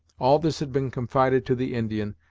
all this had been confided to the indian,